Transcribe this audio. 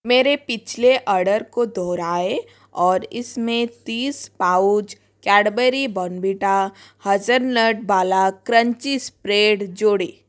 मेरे पिछले अर्डर को दोहराएँ और इसमें तीस पाउच कैडबरी बार्नबीटा हज़लनट वला क्रंची स्प्रेड जोड़े